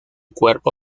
cuerpo